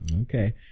Okay